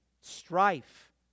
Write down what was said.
strife